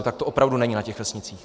Tak to opravdu není na těch vesnicích.